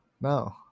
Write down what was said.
No